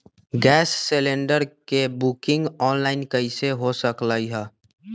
Gas cylinder के booking online कईसे हो सकलई ह?